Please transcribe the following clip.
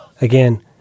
Again